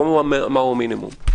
לא מהו המינימום.